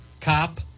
cop